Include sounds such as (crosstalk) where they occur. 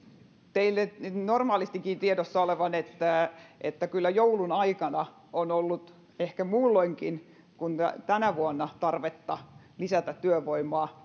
teille normaalistikin tiedossa olevan että että kyllä joulun aikana on ollut ehkä muulloinkin kuin tänä vuonna tarvetta lisätä työvoimaa (unintelligible)